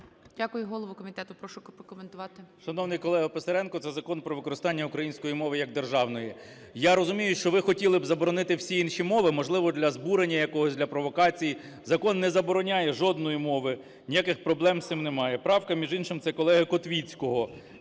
Дякую. Голову комітету прошу прокоментувати. 13:29:36 КНЯЖИЦЬКИЙ М.Л. Шановний колего Писаренко, це Закон про використання української мови як державної. Я розумію, що ви хотіли б заборонити всі інші мови, можливо, для збурення якогось, для провокації. Закон не забороняє жодної мови, ніяких проблем з цим немає. Правка, між іншим, це колеги Котвіцького,